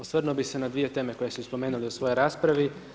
Osvrnuo bi se na dvije teme koje ste spomenuli u svojoj raspravi.